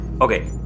Okay